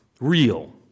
real